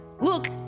look